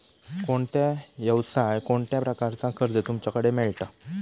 कोणत्या यवसाय कोणत्या प्रकारचा कर्ज तुमच्याकडे मेलता?